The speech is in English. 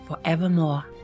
forevermore